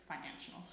financial